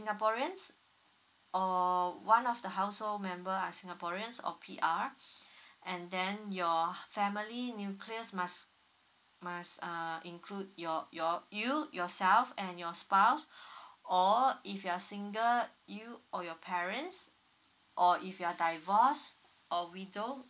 sinagaporean or one of the household member singaporeans or P_R and then your family nucleus must must uh include your your you yourself and your spouse or if you're single you or your parents or if you are divorced or widow